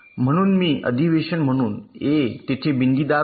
म्हणून मी अधिवेशन म्हणून ए तेथे बिंदीदार ओळ